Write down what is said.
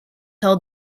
held